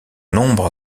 nombre